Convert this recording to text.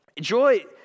Joy